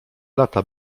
lata